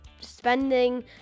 spending